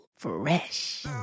Fresh